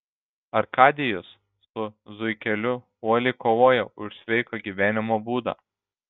arkadijus su zuikeliu uoliai kovoja už sveiką gyvenimo būdą